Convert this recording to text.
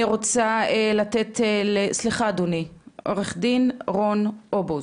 אני רוצה לתת לעורך דין רון אובוז,